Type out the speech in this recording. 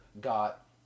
got